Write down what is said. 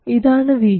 ഇതാണ് VGS